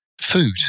food